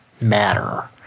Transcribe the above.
matter